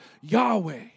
Yahweh